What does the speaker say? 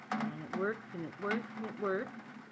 it works and it works and it works.